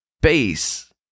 base